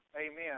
Amen